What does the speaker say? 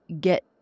get